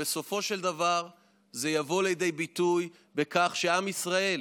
בסופו של דבר זה יבוא לידי ביטוי בכך שעם ישראל